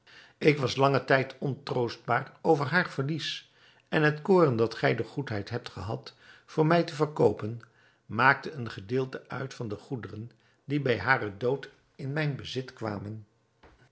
ik was langen tijd ontroostbaar over haar verlies en het koren dat gij de goedheid hebt gehad voor mij te verkoopen maakte een gedeelte uit van de goederen die bij haren dood in mijn bezit kwamen